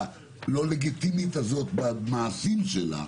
הלא-לגיטימית הזאת במעשים שלה,